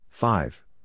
Five